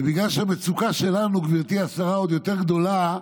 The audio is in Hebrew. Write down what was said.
ובגלל שהמצוקה שלנו, גברתי השרה, עוד יותר גדולה,